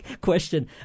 question